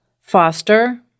foster